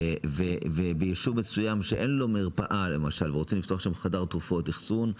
וביישוב שאין בו מרפאה ורוצים לפתוח חדר תרופות אחסון.